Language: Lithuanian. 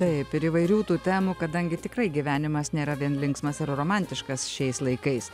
taip ir įvairių tų temų kadangi tikrai gyvenimas nėra vien linksmas ar romantiškas šiais laikais